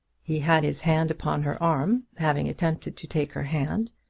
he had his hand upon her arm, having attempted to take her hand.